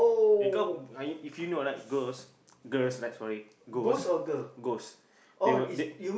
because uh if you no right girls girls like sorry ghost ghost they will they